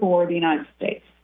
for the united states